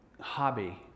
hobby